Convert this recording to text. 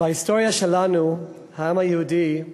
בהיסטוריה שלנו, העם היהודי,